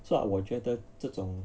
so 我觉得这种